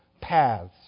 paths